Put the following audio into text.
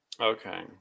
Okay